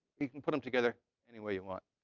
you can put them together any way you want.